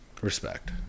Respect